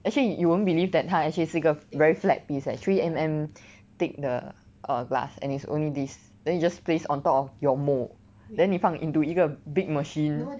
actually you won't believe that 它 actually 是个 very flat piece eh three M_M thick 的 err glass and it's only this then you just placed on top of your mold then 你放 into a big machine